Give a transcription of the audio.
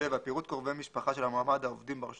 פירוט קרובי משפחה של המועמד העובדים ברשות